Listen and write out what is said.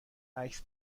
عکس